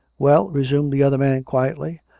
well, resumed the other man quietly.